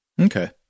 Okay